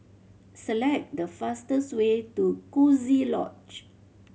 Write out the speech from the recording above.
select the fastest way to Coziee Lodge